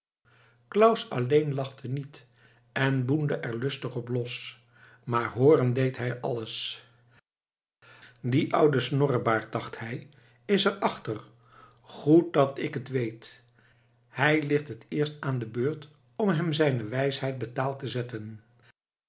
claus alleen lachte niet en boende er lustig op los maar hooren deed hij alles die oude snorrebaard dacht hij is er achter goed dat ik het weet hij ligt het eerst aan de beurt om hem zijne wijsheid betaald te zetten